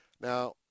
Now